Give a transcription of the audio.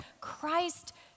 Christ